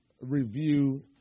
review